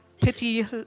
Pity